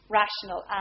rational